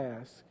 ask